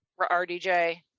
rdj